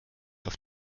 auf